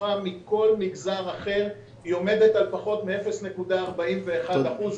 נמוכה מכל מגזר אחר, היא עומדת על פחות מ-0.41% .